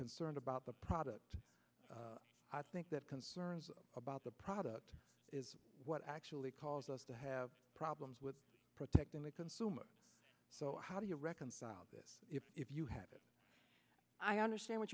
concerned about the product i think that concerns about the product is what actually caused us to have problems with protecting the consumer so how do you reconcile this if you have a i understand what